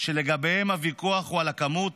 שלגביהם הוויכוח הוא על הכמות?